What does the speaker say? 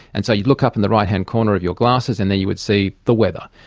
and so you'd look up in the right-hand corner of your glasses and there you would see the weather.